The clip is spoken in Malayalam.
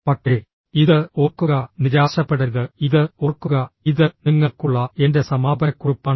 പക്ഷേ ഇത് ഓർക്കുക നിരാശപ്പെടരുത് ഇത് ഓർക്കുക ഇത് നിങ്ങൾക്കുള്ള എന്റെ സമാപനക്കുറിപ്പാണ്